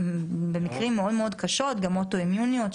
במקרים מאוד קשים גם מחלות אוטואימוניות,